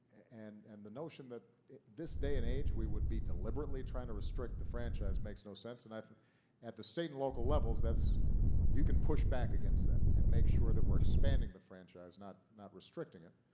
and and the notion that this day and age we would be deliberately trying to restrict the franchise makes no sense. and at the state and local levels, that's you can push back against that, and make sure that we're expanding the franchise, not not restricting it.